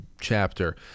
chapter